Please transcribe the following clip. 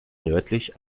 nördlich